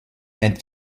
and